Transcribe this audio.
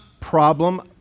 problem